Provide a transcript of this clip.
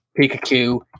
Pikachu